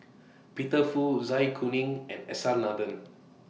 Peter Fu Zai Kuning and S R Nathan